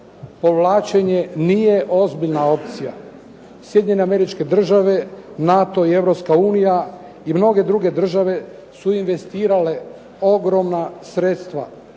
Povlačenje nije ozbiljna opcija. Sjedinjene Američke Države, NATO i Europska unija i mnoge druge države su investirale ogromna sredstva